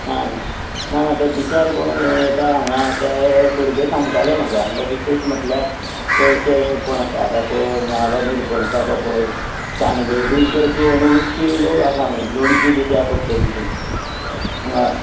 आं ना तो बिचार कोण येता हांगा ते भुरगे सांगताले हांगा विशेश म्हणल्यार चडशे पणसा पापड नाल्यार निरपणसा पापड सांडगे बी करपी आनी विकपी लोक आसा म्हणून लोणचें बी त्या पद्दतीचें आं